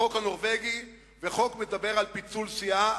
החוק הנורבגי, והחוק שמדבר על פיצול סיעה.